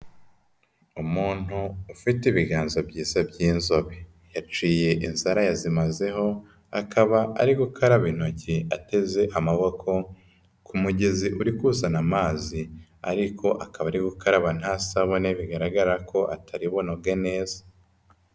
Umuntu ufite ibiganza byiza by'inzobe yaciye inzara yazimazeho akaba ari gukaraba intoki ateze amaboko ku mugezi uri kuzana amazi ariko akaba ari gukaraba nta sabune bigaragara ko atari bunoge neza.